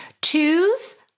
Twos